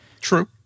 True